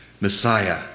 Messiah